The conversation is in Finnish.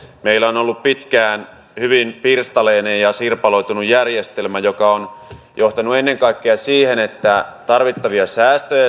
meillä on ollut pitkään hyvin pirstaleinen ja sirpaloitunut järjestelmä joka on johtanut ennen kaikkea siihen että tarvittavia säästöjä